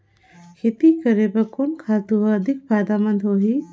खेती करे बर कोन खातु हर अधिक फायदामंद होही?